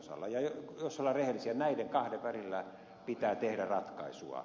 ja jos ollaan rehellisiä näiden kahden välillä pitää tehdä ratkaisua